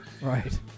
Right